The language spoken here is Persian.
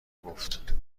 گفت